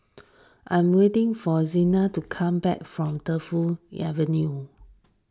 I am waiting for Zina to come back from Defu Avenue